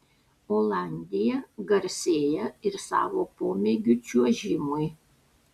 olandija garsėja ir savo pomėgiu čiuožimui